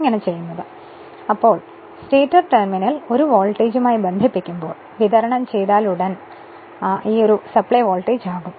ഇപ്പോൾ stator terminal ഒരു വോൾട്ടേജുമായി ബന്ധിപ്പിക്കുമ്പോൾ വിതരണം ചെയ്താലുടൻ വിതരണ വോൾട്ടേജ് ആകും